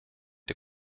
der